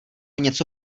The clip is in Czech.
něco